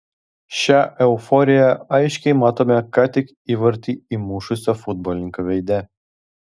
šią euforiją aiškiai matome ką tik įvartį įmušusio futbolininko veide